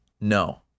no